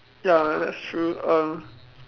ya that's true um